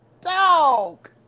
dog